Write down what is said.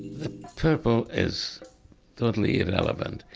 the purple is totally irrelevant.